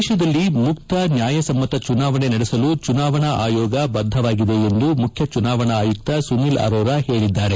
ದೇಶದಲ್ಲಿ ಮುಕ್ತ ನ್ಯಾಯಸಮ್ಮತ ಚುನಾವಣೆ ನಡೆಸಲು ಚುನಾವಣಾ ಅಯೋಗ ಬದ್ದವಾಗಿದೆ ಎಂದು ಮುಖ್ಯ ಚುನಾವಣಾ ಆಯುಕ್ತ ಸುನಿಲ್ ಅರೋರಾ ಹೇಳಿದ್ದಾರೆ